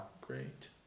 Great